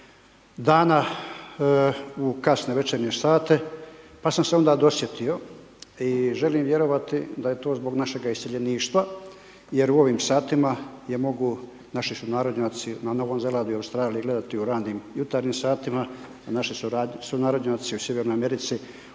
dana u kasne večernje sate pa sam se onda dosjetio i želim vjerovati da je to zbog našega iseljeništva jer u ovim satima je mogu naši sunarodnjaci na Novom Zelandu i Australiji gledati u ranim jutarnjim satima a naši sunarodnjaci u Sjevernoj Americi